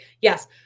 Yes